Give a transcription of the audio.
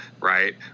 right